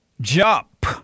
jump